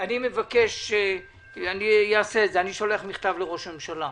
אני שולח מכתב לראש הממשלה,